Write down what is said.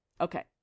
Okay